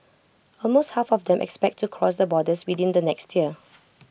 almost half of them expect to cross the borders within the next year